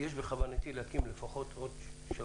אני מעמיד זאת להצבעה: מי בעד אישורה של